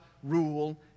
Rule